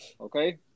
Okay